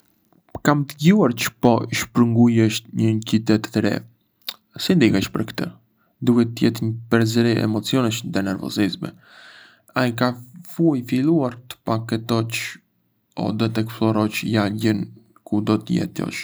Kam dëgjuar çë po shpërngulesh në një qytet të ri... si ndihesh për këtë? Duhet të jetë një përzierje emocionesh dhe nervozizmi. A e ke filluar të paketosh o të eksplorosh lagjen ku do të jetosh?